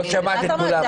לא שמעת את כולנו.